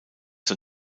zur